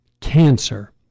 cancer